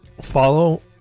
follow